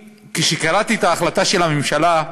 כשקראתי את ההחלטה של הממשלה,